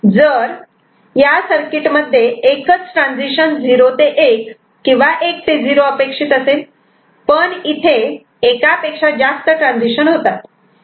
जर या सर्किट मध्ये एकच ट्रान्झिशन 0 ते 1 किंवा 1 ते 0 अपेक्षित असेल पण इथे एकापेक्षा जास्त ट्रान्झिशन होतात